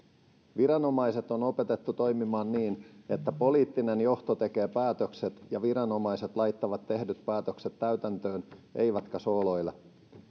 viranomaiset on opetettu toimimaan niin että poliittinen johto tekee päätökset ja viranomaiset laittavat tehdyt päätökset täytäntöön eivätkä sooloile